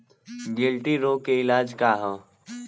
गिल्टी रोग के इलाज का ह?